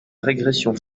régression